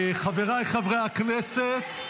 חבריי חברי הכנסת,